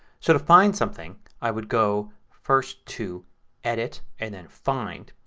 sort of find something i would go first to edit and then find.